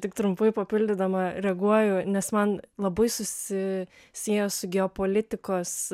tik trumpai papildydama reaguoju nes man labai susisiejo su geopolitikos